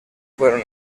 fueron